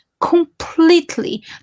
completely